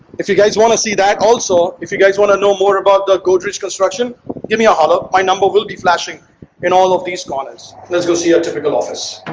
if you guys want to see that also if you guys want to know more about the godrej construction give me a holler my number will be flashing in all of these corners let's go see a typical office